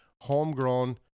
homegrown